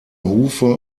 hufe